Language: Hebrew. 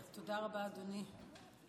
תודה רבה, אדוני.